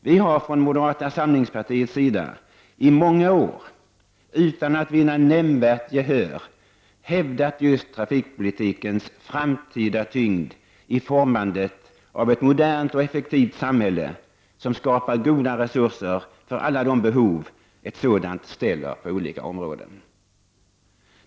Vi har från moderata samlingspartiets sida i många år utan att vinna nämnvärt gehör hävdat just trafikpolitikens framtida tyngd i formandet av ett modernt och effektivt samhälle när det gäller att skapa goda resurser för alla de behov ett sådant samhälle ställer på olika områden.